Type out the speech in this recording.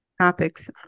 topics